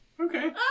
Okay